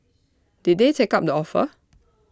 did they take up the offer